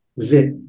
zip